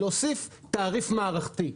להוסיף תעריף מערכתי.